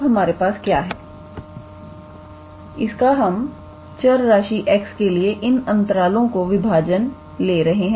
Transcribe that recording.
तो अब हमारे पास क्या है इसका हम चर राशि x के लिए इन अंतरालओ की विभाजन ले रहे हैं